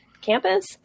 campus